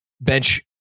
bench